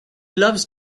loves